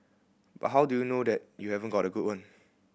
but how do you know that you haven't got a good one